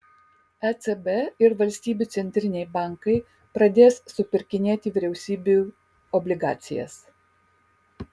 ecb ir valstybių centriniai bankai pradės supirkinėti vyriausybių obligacijas